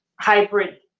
hybrid